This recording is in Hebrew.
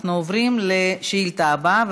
אנחנו עוברים לשאילתה הבאה,